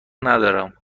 ندارم